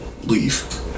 leave